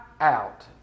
out